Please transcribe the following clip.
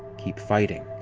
keep fighting.